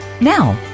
Now